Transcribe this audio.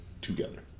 together